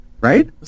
Right